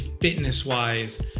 fitness-wise